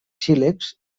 sílex